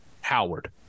Howard